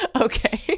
okay